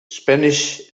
spanish